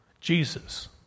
Jesus